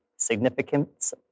significance